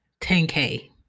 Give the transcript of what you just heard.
10K